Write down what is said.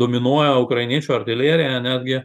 dominuoja ukrainiečių artilerija netgi